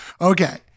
Okay